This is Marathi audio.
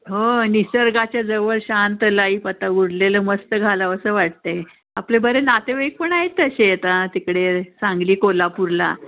हो निसर्गाच्या जवळ शांत लाईफ आता उरलेलं मस्त घालावं असं वाटतं आहे आपले बरं नातेवाईक पण आहेत ना शेता तिकडे सांगली कोल्हापूरला